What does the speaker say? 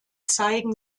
zeigen